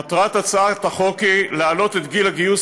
מטרת הצעת החוק היא להעלות את גיל הגיוס